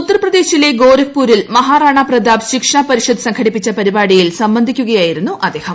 ഉത്തർപ്രദേശിലെ ഗൊര്ഖ്പൂരിൽ മഹാറാണ പ്രതാപ് ശിക്ഷാ പരിഷത്ത് സംഘടിപ്പിച്ച പരിപാടിയിൽ സംബന്ധിക്കുകയായിരുന്നു അദ്ദേഹം